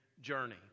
journey